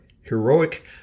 Heroic